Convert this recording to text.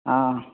ଅଁ